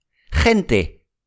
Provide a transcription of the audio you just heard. Gente